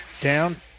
down